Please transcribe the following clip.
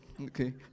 okay